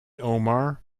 omar